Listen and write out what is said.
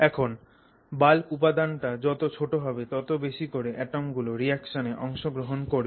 এখন বাল্ক উপাদানটা যত ছোট হবে তত বেশি করে অ্যাটম গুলো রিঅ্যাকশনে অংশগ্রহণ করবে